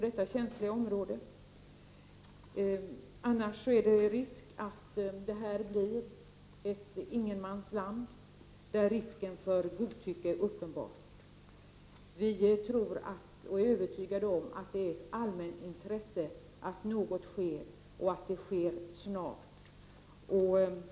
Det finns annars en risk för att det blir ett ingenmansland där risken för godtycke är uppenbar. Vi är övertygade om att det är av allmänintresse att något sker och att det sker snart.